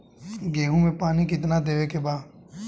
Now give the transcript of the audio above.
गेहूँ मे पानी कितनादेवे के बा?